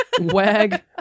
wag